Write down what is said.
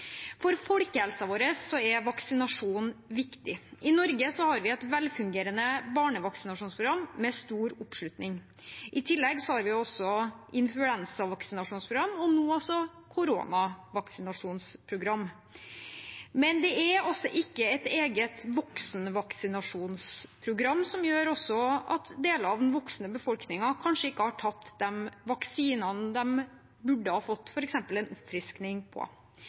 er vaksinasjon viktig. I Norge har vi et velfungerende barnevaksinasjonsprogram med stor oppslutning. I tillegg har vi et influensavaksinasjonsprogram og nå også et koronavaksinasjonsprogram. Men vi har altså ikke et eget voksenvaksinasjonsprogram, noe som gjør at deler av den voksende befolkningen kanskje ikke har tatt de vaksinene de f.eks. burde ha fått en oppfriskning